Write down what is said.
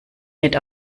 mit